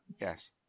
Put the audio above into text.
Yes